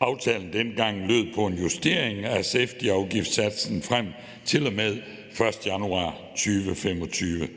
Aftalen dengang lød på en justering af safetyafgiftssatsen frem til og med den 1. januar 2025.